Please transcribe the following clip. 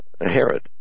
Herod